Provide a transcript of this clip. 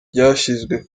byashyizwe